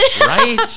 Right